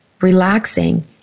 relaxing